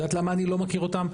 את יודעת למה אני לא מכיר אותם?